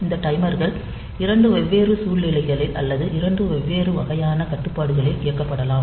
இந்த டைமர்கள் 2 வெவ்வேறு சூழ்நிலைகளில் அல்லது 2 வெவ்வேறு வகையான கட்டுப்பாடுகளில் இயக்கப்படலாம்